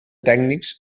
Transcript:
tècnics